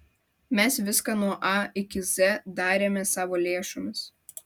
mes viską nuo a iki z darėme savo lėšomis